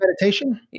meditation